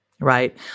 right